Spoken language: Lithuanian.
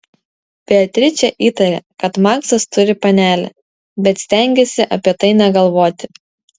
beatričė įtarė kad maksas turi panelę bet stengėsi apie tai negalvoti